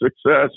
success